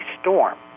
storm